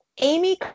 Amy